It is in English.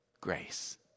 grace